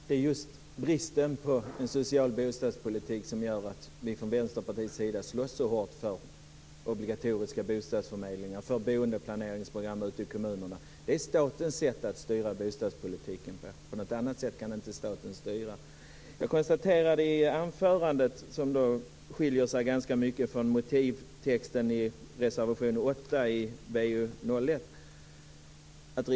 Fru talman! Det är just bristen på en social bostadspolitik som gör att vi i Vänsterpartiet så hårt slåss för obligatoriska bostadsförmedlingar och för boendeplaneringsprogram ute i kommunerna. Det är ju statens sätt att styra bostadspolitiken. På annat sätt kan staten inte styra. Rigmor Stenmarks anförande skiljer sig ganska mycket från motivtexten i reservation 8 i betänkande BoU1.